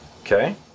Okay